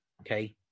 okay